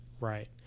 Right